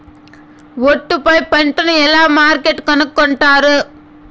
ఒట్టు పై పంటను ఎలా మార్కెట్ కొనుక్కొంటారు?